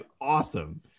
awesome